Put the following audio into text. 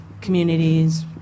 communities